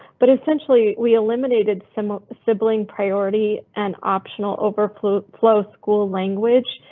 but essentially we eliminated some sibling priority. an optional overflow overflow school language.